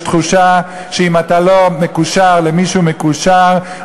יש תחושה שאם אתה לא מקושר למישהו מקושר,